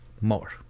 more